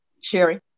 Sherry